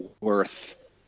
worth